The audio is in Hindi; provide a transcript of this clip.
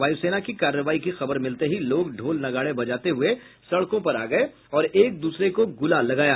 वायुसेना की कार्रवाई की खबर मिलते ही लोग ढ़ोल नगाड़े बजाते हुए सड़कों पर आ गये और एक दूसरे को गुलाल लगाया